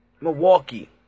Milwaukee